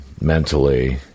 mentally